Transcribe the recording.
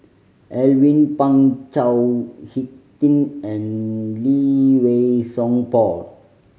Alvin Pang Chao Hick Tin and Lee Wei Song Paul